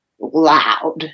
loud